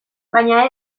baina